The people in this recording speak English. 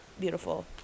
beautiful